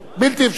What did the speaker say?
בלתי אפשרי.